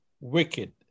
wicked